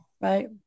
Right